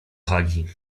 hagi